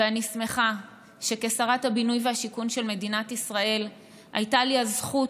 ואני שמחה שכשרת הבינוי והשיכון של מדינת ישראל הייתה לי הזכות